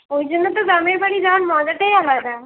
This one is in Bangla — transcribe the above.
ওই জন্যই তো গ্রামের বাড়ি যাওয়ার মজাটাই আলাদা